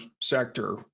sector